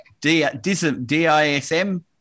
DISM